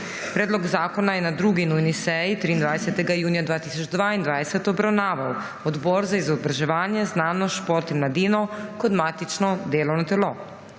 Predlog zakona je na 2. nujni seji 23. junija 2022 obravnaval Odbor za izobraževanje, znanost, šport in mladino kot matično delovno telo.